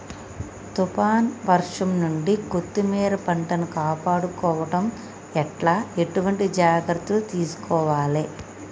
తుఫాన్ వర్షం నుండి కొత్తిమీర పంటను కాపాడుకోవడం ఎట్ల ఎటువంటి జాగ్రత్తలు తీసుకోవాలే?